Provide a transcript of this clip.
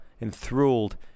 enthralled